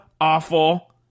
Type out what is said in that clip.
Awful